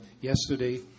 yesterday